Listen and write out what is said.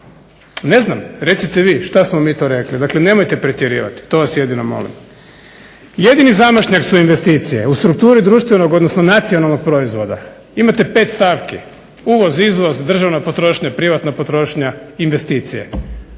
ne znam, recite vi što smo mi to rekli, dakle nemojte pretjerivati, to vas jedino molim. Jedini zamašnjak su investicije, u strukturi društvenog odnosno nacionalnog proizvoda imate pet stavki: uvoz, izvoz, državna potrošnja, privatna potrošnja i investicije.